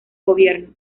gobierno